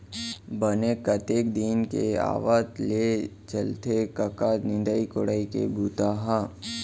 बने कतेक दिन के आवत ले चलथे कका निंदई कोड़ई के बूता ह?